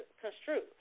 construe